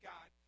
God